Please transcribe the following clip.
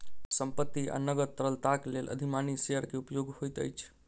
संपत्ति आ नकद तरलताक लेल अधिमानी शेयर के उपयोग होइत अछि